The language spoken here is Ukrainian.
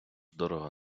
дорого